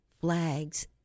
flags